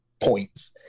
points